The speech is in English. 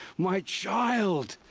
my child!